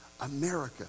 america